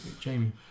Jamie